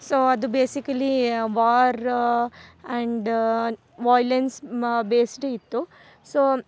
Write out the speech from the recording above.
so ಅದು basically war and violence ಮಾ based ಇತ್ತು ಸೊ